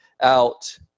out